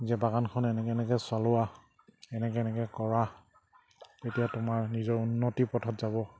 যে বাগানখন এনেকে এনেকে চলোৱা এনেকে এনেকে কৰা তেতিয়া তোমাৰ নিজৰ উন্নতি পথত যাব